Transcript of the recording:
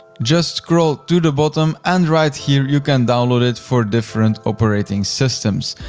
just scroll to the bottom and right here you can download it for different operating systems.